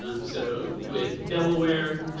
um so with delaware,